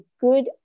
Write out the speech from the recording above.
good